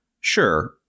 Sure